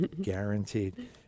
guaranteed